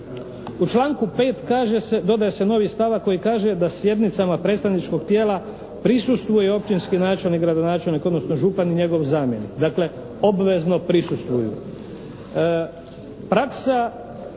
U članku 5. kaže se, dodaje se novi stavak koji kaže da sjednicama predstavničkog tijela prisustvuje općinski načelnik, gradonačelnik, odnosno župan i njegov zamjenik, dakle obvezno prisustvuju.